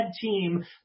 team